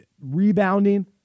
Rebounding